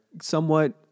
somewhat